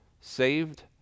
saved